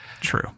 True